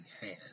hand